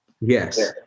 Yes